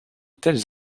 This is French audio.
tels